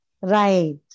Right